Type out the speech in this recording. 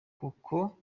kuko